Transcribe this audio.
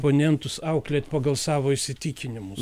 oponentus auklėt pagal savo įsitikinimus